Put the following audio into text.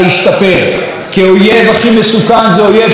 כי האויב הכי מסוכן זה אויב שאין לו מה להפסיד,